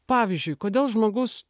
pavyzdžiui kodėl žmogus